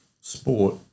sport